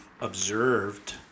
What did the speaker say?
observed